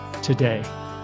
today